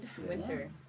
winter